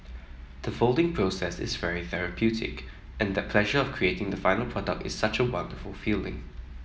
the folding process is very therapeutic and that pleasure of creating the final product is such a wonderful feeling